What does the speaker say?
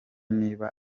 niba